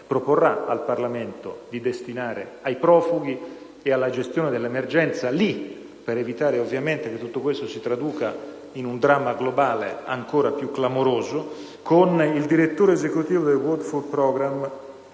proporrà al Parlamento di destinare ai profughi e alla gestione dell'emergenza lì, per evitare ovviamente che tutto questo si traduca in un dramma globale ancora più clamoroso, con il direttore esecutivo del *World food programme*,